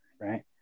right